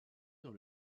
dans